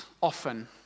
often